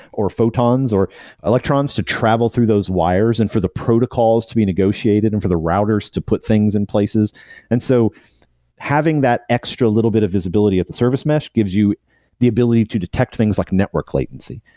or photons, or electrons to travel through those wires and for the protocols to be negotiated and for the routers to put things in places and so having that extra little bit of visibility at the service mesh gives you the ability to detect things like network latency.